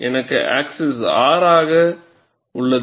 எனக்கு axis r ஆக உள்ளது